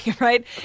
right